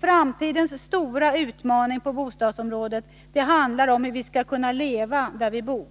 Framtidens stora utmaning på bostadsområdet handlar om hur vi skall kunna leva där vi bor.